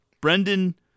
Brendan